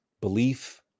belief